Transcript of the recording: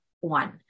one